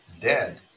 dead